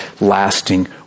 lasting